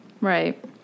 right